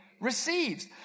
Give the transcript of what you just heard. receives